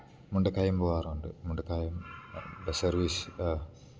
മുണ്ടക്കയം പോകാറുണ്ട് Mundakayam bus service